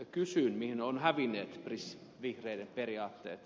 kysyn mihin ovat hävinneet vihreiden periaatteet